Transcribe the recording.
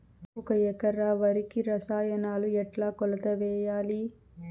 ఒక ఎకరా వరికి రసాయనాలు ఎట్లా కొలత వేయాలి?